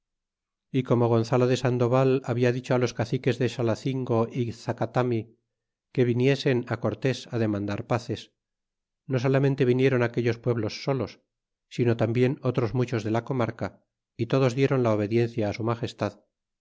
e como gonzalo de sandoval habla dicho á los caciques de xalacingo é zacataml que viniesen á cortés á demandar paces no solamente viniéron aquellos pueblos solos sino tarnbien otros muchos de la comarca y todos diéron la obediencia á su magestad